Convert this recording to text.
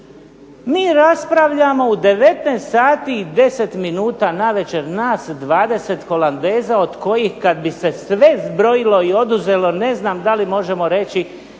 mi raspravljamo u 19 sati i 10 minuta navečer nas 20 holandeza od kojih kad bi se sve zbrojilo i oduzelo ne znam da li možemo reći